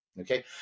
okay